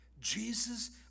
Jesus